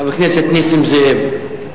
חבר הכנסת נסים זאב.